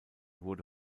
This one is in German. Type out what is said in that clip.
wurde